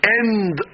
end